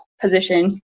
position